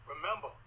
remember